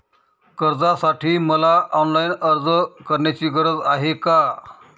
कर्जासाठी मला ऑनलाईन अर्ज करण्याची गरज आहे का?